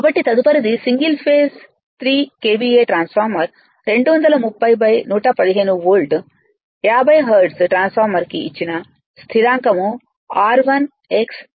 కాబట్టి తదుపరిది single phase 3 KVA transformer 230 115 volt 50 hertz transformer కి ఇచ్చిన స్థిరాంకం R1